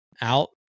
out